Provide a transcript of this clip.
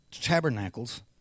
Tabernacles